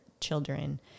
children